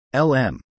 LM